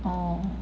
orh